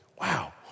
Wow